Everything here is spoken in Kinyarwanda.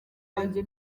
wanjye